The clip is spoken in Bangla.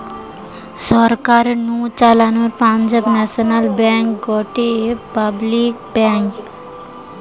সরকার নু চালানো পাঞ্জাব ন্যাশনাল ব্যাঙ্ক গটে পাবলিক ব্যাঙ্ক